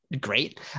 great